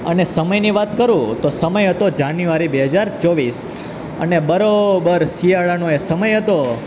અને સમયની વાત કરું તો સમય હતો જાન્યુઆરી બે હજાર ચોવીસ અને બરોબર શિયાળાનો એ સમય હતો